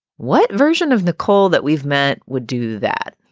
what version of the call that we've met would do that?